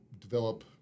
develop